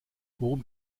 worum